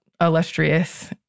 illustrious